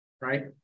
right